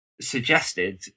suggested